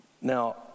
Now